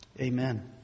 Amen